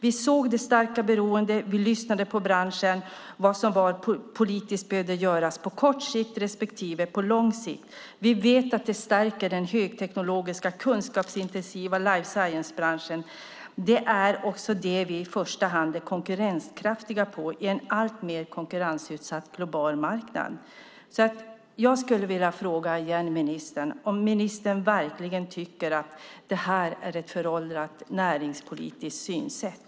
Vi såg det starka beroendet och lyssnade på branschen för att avgöra vad som behövde göras politiskt på kort och lång sikt. Vi vet att detta stärker den högteknologiska och kunskapsintensiva life science-branschen. Det är också detta vi i första hand är konkurrenskraftiga på i en alltmer konkurrensutsatt global marknad. Tycker ministern verkligen att det här är ett föråldrat näringspolitiskt synsätt?